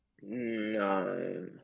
No